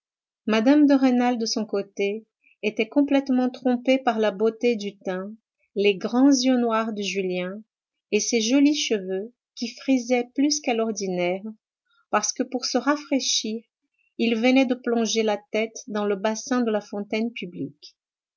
mme de rênal de son côté était complètement trompée par la beauté du teint les grands yeux noirs de julien et ses jolis cheveux qui frisaient plus qu'à l'ordinaire parce que pour se rafraîchir il venait de plonger la tête dans le bassin de la fontaine publique